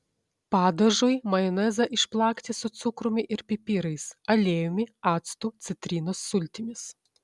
padažui majonezą išplakti su cukrumi ir pipirais aliejumi actu citrinos sultimis